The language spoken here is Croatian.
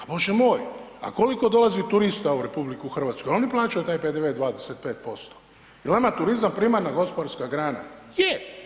A bože moj, a koliko dolazi turista u RH, jel oni plaćaju taj PDV 25%, jel nama turizam primarna gospodarska grana, je.